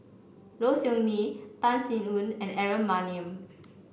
Low Siew Nghee Tan Sin Aun and Aaron Maniam